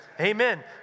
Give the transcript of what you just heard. Amen